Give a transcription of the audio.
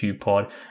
pod